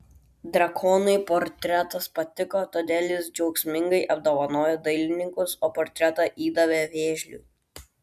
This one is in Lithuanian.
drakonui portretas patiko todėl jis džiaugsmingai apdovanojo dailininkus o portretą įdavė vėžliui